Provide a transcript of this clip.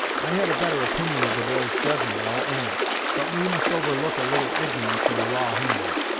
i had a better opinion of the boy's judgment, i'll own but we must overlook a little ignorance in a raw hand.